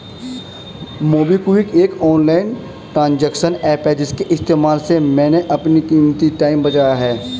MobiKwik एक online transaction app है इसके इस्तेमाल से मैंने अपना कीमती टाइम बचाया है